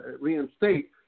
reinstate